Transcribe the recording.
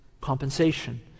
compensation